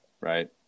right